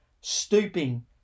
stooping